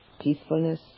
peacefulness